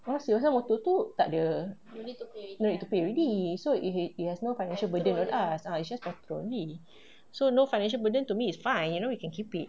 masih ah motor tu takde don't need to pay already so it it it's has no financial burden lah ah it's just petrol only so no financial burden to me is fine you know we can keep it